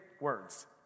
words